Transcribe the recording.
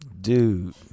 Dude